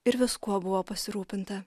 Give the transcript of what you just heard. ir viskuo buvo pasirūpinta